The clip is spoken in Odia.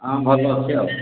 ହଁ ଭଲ ଅଛି ଆଉ